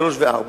שלוש או ארבע.